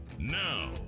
Now